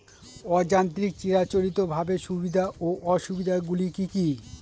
অযান্ত্রিক চিরাচরিতভাবে সুবিধা ও অসুবিধা গুলি কি কি?